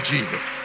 Jesus